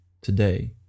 today